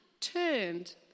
turned